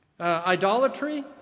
idolatry